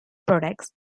products